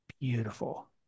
beautiful